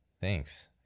thanks